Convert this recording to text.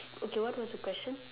okay what was the question